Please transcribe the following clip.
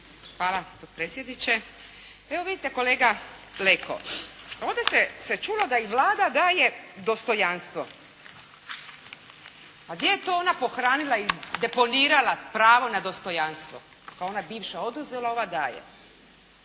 Hvala, potpredsjedniče. Evo vidite kolega Leko, ovdje se čulo da i Vlada daje dostojanstvo. A gdje je to pohranila i deponirala pravo na dostojanstvo? Pa ona bivša oduzela, ova daje.